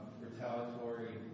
retaliatory